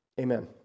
Amen